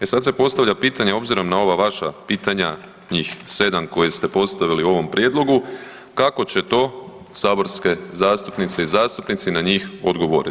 E sad se postavlja pitanje obzirom na ova vaša pitanja njih 7 koje ste postavili u ovom prijedlogu kako će to saborske zastupnice i zastupnici na njih odgovoriti.